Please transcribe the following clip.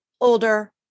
older